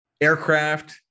aircraft